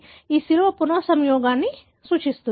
ఈ శిలువ పునః సంయోగాన్ని సూచిస్తుంది